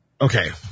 Okay